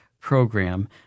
program